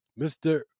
Mr